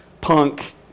punk